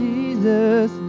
Jesus